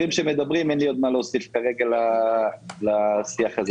אין לי עוד מה להוסיף כרגע לשיח הזה.